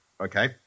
okay